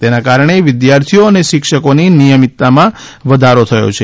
તેના કારણે વિદ્યાર્થીઓ અને શિક્ષકોની નિયમિતતામાં વધારો થયો છે